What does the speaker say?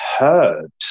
herbs